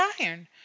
iron